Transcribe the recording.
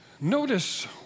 Notice